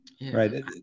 Right